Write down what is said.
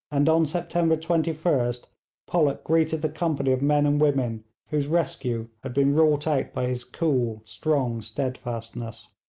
and on september twenty first pollock greeted the company of men and women whose rescue had been wrought out by his cool, strong steadfastness.